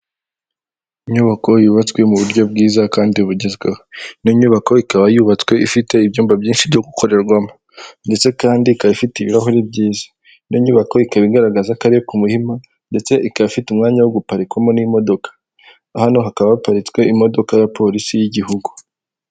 Inyubako yubatswe mu buryo bwiza kandi bugezweho, ino nyubako ikaba yubatswe ifite ibyumba byinshi byo gukorerwamo, ndetse kandi ikaba ifite ibirahuri byiza. Ino nyubako ikaba igaragaza ko ari ku Muhima, ndetse ikaba ifite umwanya wo guparikwamo n'imodoka. Hano hakaba haparitswe imodoka ya polisi y'igihugu.